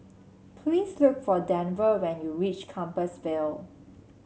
please look for Denver when you reach Compassvale